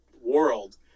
world